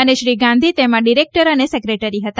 અને શ્રી ગાંધી તેમાં ડિરેકટર અને સેકેટરી હતા